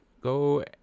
go